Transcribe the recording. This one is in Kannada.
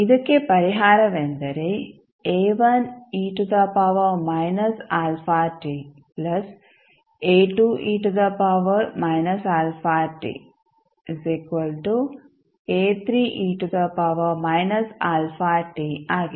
ಇದಕ್ಕೆ ಪರಿಹಾರವೆಂದರೆ ಆಗಿದೆ